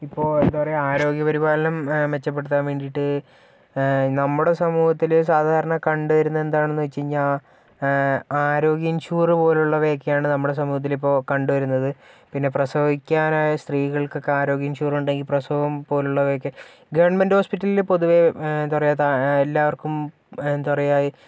ഇപ്പൊൾ എന്താ പറയുക ആരോഗ്യപരിപാലനം മെച്ചപ്പെടുത്താൻ വേണ്ടിയിട്ട് നമ്മുടെ സമൂഹത്തില് സാധാരണ കണ്ടുവരുന്നതെന്താന്നു വെച്ചുകഴിഞ്ഞാൽ ആരോഗ്യഇൻഷൂർ പോലുള്ളവയൊക്കെയാണ് നമ്മുടെ സമൂഹത്തിലിപ്പോൾ കണ്ടുവരുന്നത് പ്രസവിക്കാനായ സ്ത്രീകൾക്കൊക്കെ ആരോഗ്യ ഇൻഷൂറിണ്ടെങ്കിൽ പ്രസവം പോലുള്ളവയൊക്കെ ഗവൺമെൻറ് ഹോസ്പിറ്റലിൽ പൊതുവെ എന്താ പറയുക എല്ലാവർക്കും എന്താ പറയുക